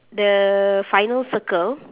the final circle